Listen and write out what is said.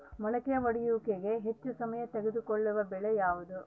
ಮೊಳಕೆ ಒಡೆಯುವಿಕೆಗೆ ಹೆಚ್ಚು ಸಮಯ ತೆಗೆದುಕೊಳ್ಳುವ ಬೆಳೆ ಯಾವುದು?